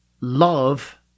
love